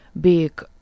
big